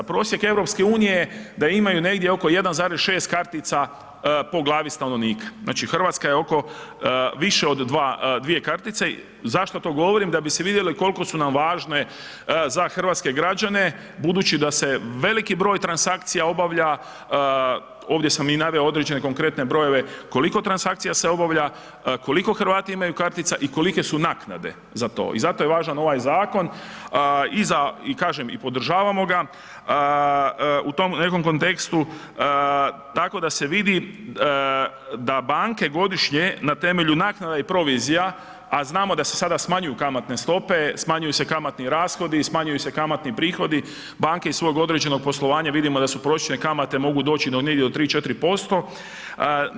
Prosjek EU je da imaju negdje oko 1,6 kartica po glavi stanovnika, znači RH je oko više od dva, dvije kartice, zašto to govorim, da bi se vidjelo kolko su nam važne za hrvatske građane budući da se veliki broj transakcija obavlja, ovdje sam i naveo određene konkretne brojeve koliko transakcija se obavlja, koliko Hrvati imaju kartica i kolike su naknade za to i zato je važan ovaj zakon i za, i kažem i podržavamo ga u tom nekom kontekstu tako da se vidi da banke godišnje na temelju naknada i provizija, a znamo da se sada smanjuju kamatne stope, smanjuju se kamatni rashodi i smanjuju se kamatni prihodi banke iz svog određenog poslovanja, vidimo da su prosječne kamate mogu doći do negdje od 3 do 4%